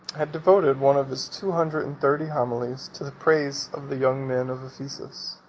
has devoted one of his two hundred and thirty homilies to the praise of the young men of ephesus.